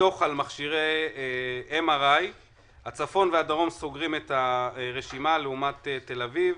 בדוח על מכשירי MRI הצפון והדרום סוגרים את הרשימה לעומת תל אביב.